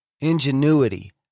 ingenuity